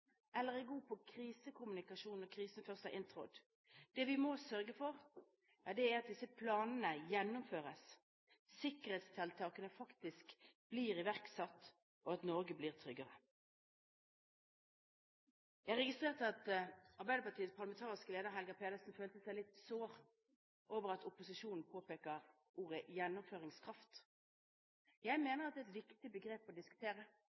eller er gode på krisekommunikasjon når krisen først har inntrådt. Det vi må sørge for, er at disse planene gjennomføres, at sikkerhetstiltakene faktisk blir iverksatt, og at Norge blir tryggere. Jeg registrerte at Arbeiderpartiets parlamentariske leder, Helga Pedersen, føler seg litt sår over at opposisjonen påpeker ordet gjennomføringskraft. Jeg mener at det er et viktig begrep å diskutere.